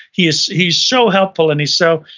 he's he's so helpful and he's so,